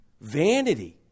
Vanity